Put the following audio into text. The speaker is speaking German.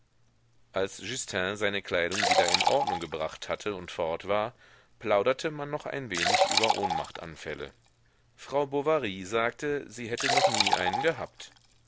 als justin seine kleidung wieder in ordnung gebracht hatte und fort war plauderte man noch ein wenig über ohnmachtanfälle frau bovary sagte sie hätte noch nie einen gehabt